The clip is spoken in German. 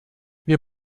wir